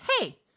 hey